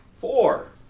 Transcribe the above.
Four